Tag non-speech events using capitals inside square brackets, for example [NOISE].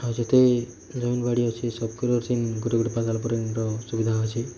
ଆଉ ଯେତେ ଜମି ବାଡ଼ି ଅଛେ ସବକେ [UNINTELLIGIBLE] ଗୁଟେ ଗୁଟେ [UNINTELLIGIBLE] ର ସୁବିଧା ଅଛି